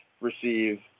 receive